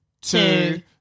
two